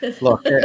look